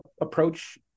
approach